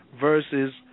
versus